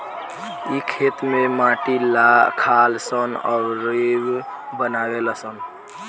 इ खेत में माटी खालऽ सन अउरऊ बनावे लऽ सन